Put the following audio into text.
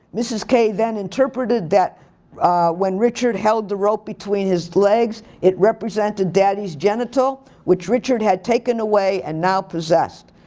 mrs. k then interpreted that when richard held the rope between his legs it represented daddy's genital which richard has taken away and now possessed.